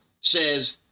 says